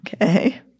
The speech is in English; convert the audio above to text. Okay